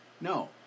no